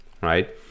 right